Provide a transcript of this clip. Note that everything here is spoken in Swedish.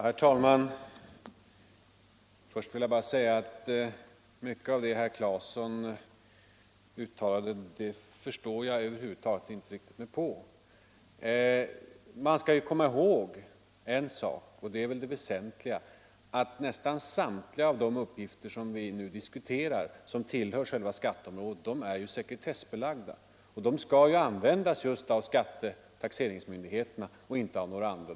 Herr talman! Först vill jag bara säga att mycket av det som herr Claeson uttalade förstår jag mig över huvud taget inte på. Man skall komma ihåg en sak — och det är väl det väsentliga — att nästan samtliga de uppgifter som vi nu diskuterar inom själva skatteområdet är sekretessbelagda och skall användas av taxeringsmyndigheterna, inte av några andra.